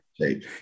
shape